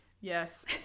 Yes